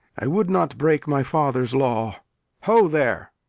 i would not break my father's law ho, there!